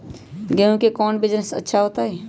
गेंहू के कौन बिजनेस अच्छा होतई?